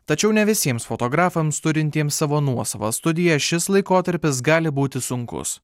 tačiau ne visiems fotografams turintiems savo nuosavą studiją šis laikotarpis gali būti sunkus